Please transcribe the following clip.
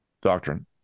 doctrine